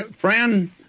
friend